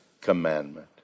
commandment